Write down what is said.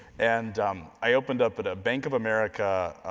and i opened up but a bank of america,